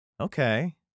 Okay